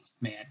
man